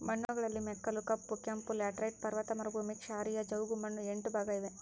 ಮಣ್ಣುಗಳಲ್ಲಿ ಮೆಕ್ಕಲು, ಕಪ್ಪು, ಕೆಂಪು, ಲ್ಯಾಟರೈಟ್, ಪರ್ವತ ಮರುಭೂಮಿ, ಕ್ಷಾರೀಯ, ಜವುಗುಮಣ್ಣು ಎಂಟು ಭಾಗ ಇವೆ